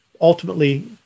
ultimately